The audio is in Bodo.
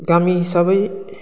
गामि हिसाबै